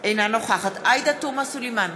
אינה נוכחת עאידה תומא סלימאן,